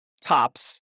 tops